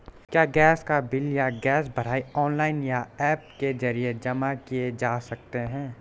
क्या गैस का बिल या गैस भराई ऑनलाइन या ऐप के जरिये जमा किये जा सकते हैं?